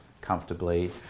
comfortably